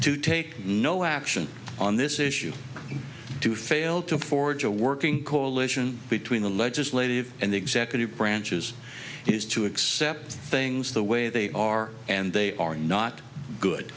to take no action on this issue to fail to forge a working coalition between the legislative and executive branches he has to accept things the way they are and they are not good